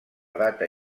data